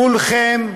כולכם,